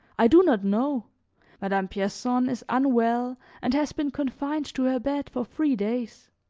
i do not know madame pierson is unwell and has been confined to her bed for three days.